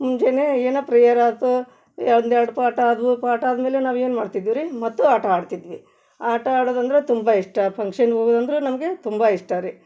ಮುಂಜಾನೆ ಏನು ಪ್ರೇಯರ್ ಆಯ್ತು ಒಂದು ಎರಡು ಪಾಠ ಅದು ಪಾಠ ಆದಮೇಲೆ ನಾವು ಏನು ಮಾಡ್ತಿದ್ದೆವು ರೀ ಮತ್ತು ಆಟ ಆಡ್ತಿದ್ವಿ ಆಟ ಆಡೋದಂದ್ರೆ ತುಂಬ ಇಷ್ಟ ಫಂಕ್ಷನ್ಗೆ ಹೋಗುದಂದ್ರ ನಮಗೆ ತುಂಬ ಇಷ್ಟ ರೀ